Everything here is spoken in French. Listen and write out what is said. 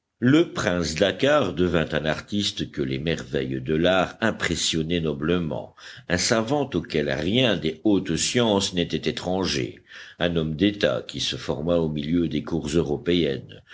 le prince dakkar devint un artiste que les merveilles de l'art impressionnaient noblement un savant auquel rien des hautes sciences n'était étranger un homme d'état qui se forma au milieu des cours européennes